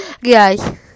Guys